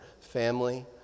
family